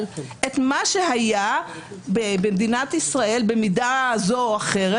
את מה שהיה במדינת ישראל במידה זו או אחרת,